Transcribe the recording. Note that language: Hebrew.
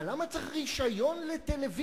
אבל למה צריך רשיון לטלוויזיה?